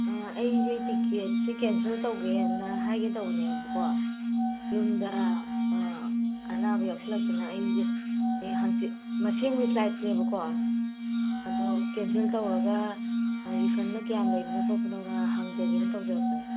ꯑꯩꯁꯦ ꯇꯤꯀꯦꯠꯁꯤ ꯀꯦꯟꯁꯦꯜ ꯇꯧꯒꯦꯅ ꯍꯥꯏꯒꯦ ꯇꯧꯕꯅꯦꯕꯀꯣ ꯌꯨꯝꯗ ꯑꯅꯥꯕ ꯌꯥꯎꯁꯤꯜꯂꯛꯇꯅ ꯑꯩꯁꯦ ꯍꯪꯆꯤꯠ ꯃꯁꯦꯝꯒꯤ ꯐ꯭ꯂꯥꯏꯠꯅꯦꯕꯀꯣ ꯑꯗꯣ ꯀꯦꯟꯁꯦꯜ ꯇꯧꯔꯒ ꯔꯤꯐꯟꯅ ꯀꯌꯥꯝ ꯂꯩꯕꯅꯣ ꯈꯣꯠꯄꯅꯣꯅ ꯍꯪꯖꯒꯦꯅ ꯇꯧꯖꯔꯛꯄꯅꯦ